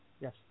Yes